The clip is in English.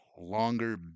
longer